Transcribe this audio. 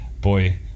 boy